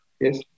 yes